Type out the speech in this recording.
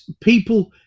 people